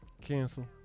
Cancel